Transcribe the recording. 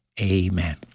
Amen